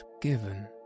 given